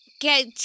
Get